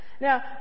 Now